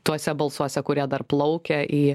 tuose balsuose kurie dar plaukia į